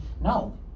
No